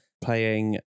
playing